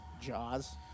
Jaws